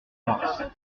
farce